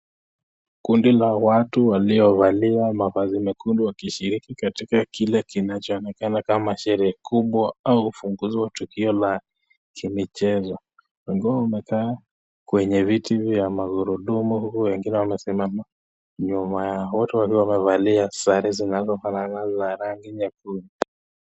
Kundi la watu waliovalia mavazi mekundu wakishiriki katika kile kinachoonekana kama sherehe kubwa au funguo la tukio za michezo. Wengine wamekaa kwenye viti za magurudumu huku wengine wakiwa wamesimama nyuma yao. Wote waliovalia sare zinazofanana ya rangi nyekundu.